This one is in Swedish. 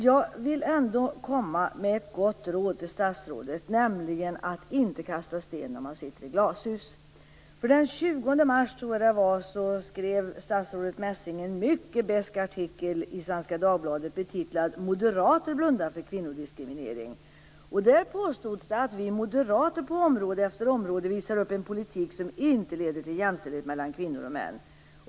Jag vill ändå komma med ett gott råd till statsrådet, nämligen att inte kasta sten när man sitter i glashus. Jag tror att det var den 20 mars som statsrådet Messing skrev en mycket besk artikel i Svenska Dagbladet betitlad Moderater blundar för kvinnodiskriminering. Där påstods det att vi moderater på område efter område visar upp en politik som inte leder till jämställdhet mellan kvinnor och män.